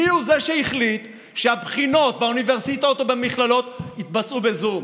מי הוא זה שהחליט שהבחינות באוניברסיטאות ובמכללות יתבצעו בזום,